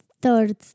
third